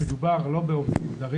מדובר לא בעובדים זרים,